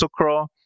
Sucro